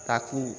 ତା'କୁ